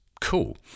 cool